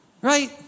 right